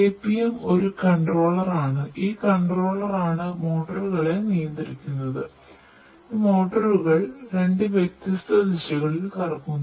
APM ഒരു controller ദിശയിലും കറങ്ങുന്നു